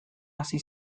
hasi